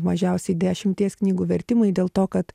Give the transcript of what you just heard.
mažiausiai dešimties knygų vertimai dėl to kad